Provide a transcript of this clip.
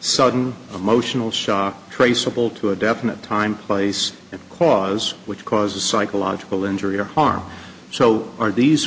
sudden emotional shot traceable to a definite time place of cause which causes psychological injury or harm so are these